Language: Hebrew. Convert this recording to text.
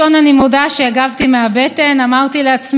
של ניסיונות מצד השמאל להשתיק אותי.